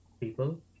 people